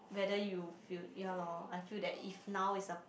whether you feel ya lor I feel that is now is the